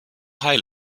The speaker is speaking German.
heil